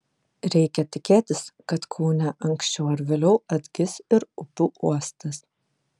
reikia tikėtis kad kaune anksčiau ar vėliau atgis ir upių uostas